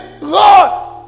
Lord